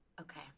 Okay